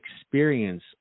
experience